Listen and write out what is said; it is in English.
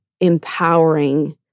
empowering